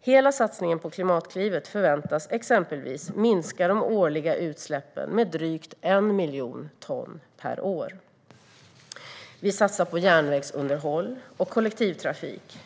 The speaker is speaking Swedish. Hela satsningen på Klimatklivet förväntas exempelvis minska de årliga utsläppen med drygt 1 miljon ton per år. Vi satsar på järnvägsunderhåll och kollektivtrafik.